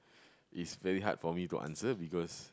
it's very hard for me to answer because